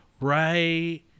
right